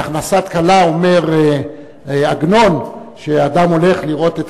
ב"הכנסת כלה" אומר עגנון שאדם הולך לראות את